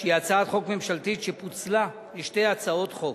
שהיא הצעת חוק ממשלתית שפוצלה לשתי הצעות חוק.